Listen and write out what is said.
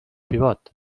pivot